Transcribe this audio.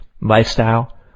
lifestyle